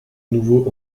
nouveau